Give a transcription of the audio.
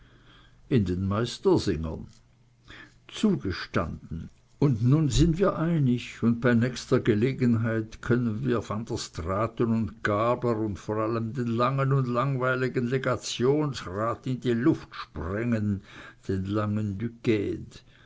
in den meistersingern zugestanden und nun sind wir einig und bei nächster gelegenheit können wir van der straaten und gabler und vor allem den langen und langweiligen legationsrat in die luft sprengen den langen